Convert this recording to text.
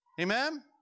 Amen